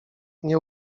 nie